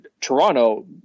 Toronto